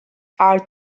are